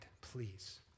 please